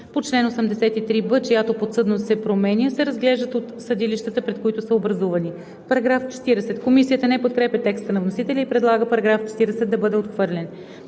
по чл. 83б, чиято подсъдност се променя, се разглеждат от съдилищата, пред които са образувани.“ Комисията не подкрепя текста на вносителя и предлага § 40 да бъде отхвърлен.